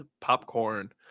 popcorn